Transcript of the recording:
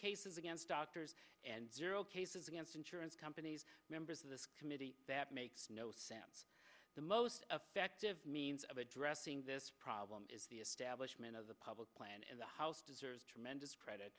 against doctors and zero cases against insurance companies members of this committee that makes no sense the most effective means of addressing this problem is the establishment of the public plan and the house deserve tremendous credit